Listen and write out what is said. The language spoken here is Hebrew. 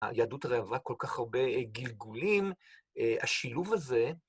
היהדות הרי עברה כל כך הרבה גלגולים, השילוב הזה...